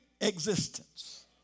existence